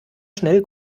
schnell